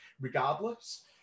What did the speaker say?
regardless